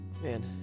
man